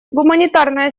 гуманитарная